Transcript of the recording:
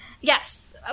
Yes